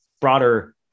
broader